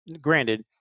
Granted